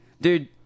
Dude